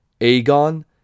Aegon